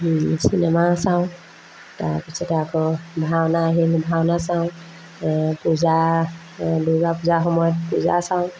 cinema চাওঁ তাৰপিছতে আকৌ ভাওনা আহিল ভাওনা চাওঁ পূজা দুৰ্গা পূজা সময়ত পূজা চাওঁ